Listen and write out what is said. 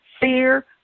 Fear